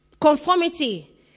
conformity